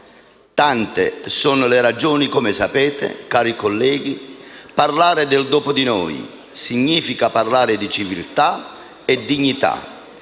Tante sono le ragioni, come sapete, cari colleghi. Parlare del "dopo di noi" significa parlare di civiltà e dignità.